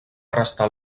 restar